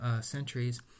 centuries